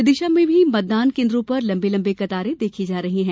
विदिशा में भी मतदान केन्द्रो पर लंबी लंबी कतारे देखी जा रही हैं